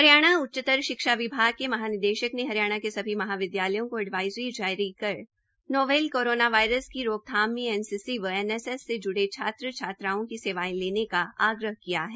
हरियाणा उच्चतर शिक्षा विभाग के महानिदेशक ने हरियाणा के सभी महाविद्यालयों को एडवज़री जारी कर नोवेल कोरोना वायरस की रोकथाम में एनसीसी और एनएसएस से जुड़े छात्र छात्राओं की सेवायें लेने का आग्रह किया है